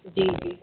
जी जी